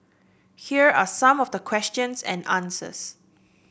here are some of the questions and answers